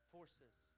Forces